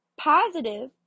positive